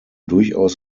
durchaus